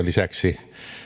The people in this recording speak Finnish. lisäksi